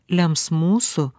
lems mūsų